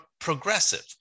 progressive